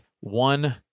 one